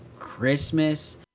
Christmas